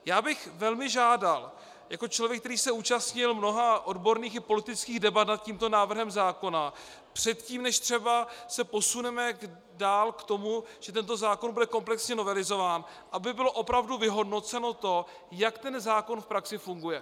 Já bych velmi žádal jako člověk, který se účastnil mnoha odborných i politických debat nad tímto návrhem zákona, předtím, než se třeba posuneme dál k tomu, že tento zákon bude komplexně novelizován, aby bylo opravdu vyhodnoceno to, jak zákon v praxi funguje.